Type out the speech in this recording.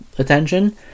attention